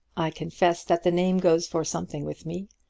i confess that the name goes for something with me.